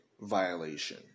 violation